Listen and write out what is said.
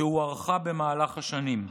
והיא הוארכה במהלך השנים.